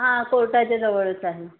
हां कोर्टाच्या जवळच आहे